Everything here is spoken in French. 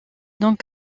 donc